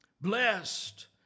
Blessed